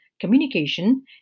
Communication